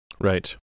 Right